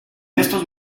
estos